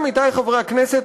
עמיתי חברי הכנסת,